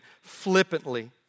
flippantly